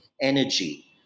energy